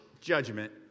judgment